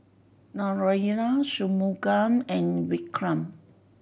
Naraina Shunmugam and Vikram